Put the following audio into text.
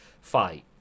fight